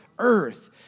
earth